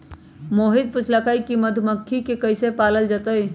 मोहित पूछलकई कि मधुमखि के कईसे पालल जतई